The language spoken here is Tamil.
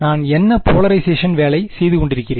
நான் என்ன போலரைசேஷன் வேலை செய்துகொண்டிருக்கிறேன்